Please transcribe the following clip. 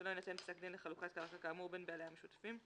ולא יינתן פסק דין לחלוקת קרקע כאמור בין בעליה המשותפים,